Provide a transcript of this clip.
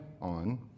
on